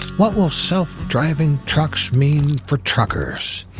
what will self-driving trucks mean for truckers?